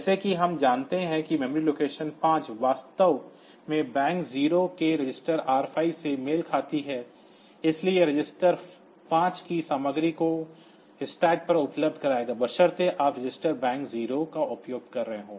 जैसा कि हम जानते हैं कि मेमोरी लोकेशन 5 वास्तव में बैंक नंबर 0 के रजिस्टर R5 से मेल खाती है इसलिए यह रजिस्टर 5 की सामग्री को स्टैक पर उपलब्ध कराएगा बशर्ते आप रजिस्टर बैंक 0 का उपयोग कर रहे हों